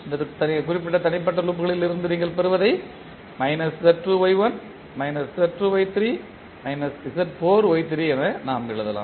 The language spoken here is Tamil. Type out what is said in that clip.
இந்த குறிப்பிட்ட தனிப்பட்ட லூப்களிலிருந்து நீங்கள் பெறுவதை என நாம் எழுதலாம்